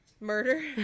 Murder